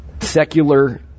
secular